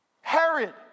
Herod